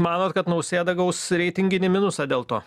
manot kad nausėda gaus reitinginį minusą dėl to